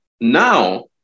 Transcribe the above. Now